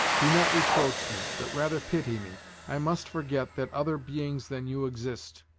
do not reproach me but rather pity me i must forget that other beings than you exist.